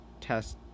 test